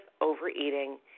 overeating